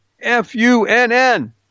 F-U-N-N